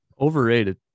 Overrated